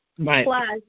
plus